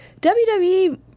wwe